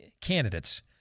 candidates